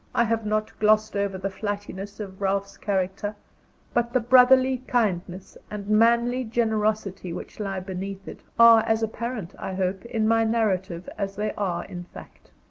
i have not glossed over the flightiness of ralph's character but the brotherly kindness and manly generosity which lie beneath it, are as apparent, i hope, in my narrative as they are in fact.